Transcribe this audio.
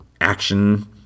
action